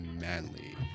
manly